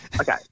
Okay